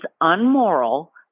unmoral